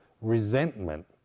resentment